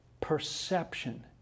perception